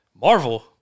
Marvel